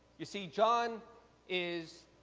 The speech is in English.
you see, john is